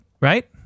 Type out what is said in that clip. right